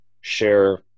share